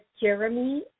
Jeremy